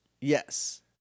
Yes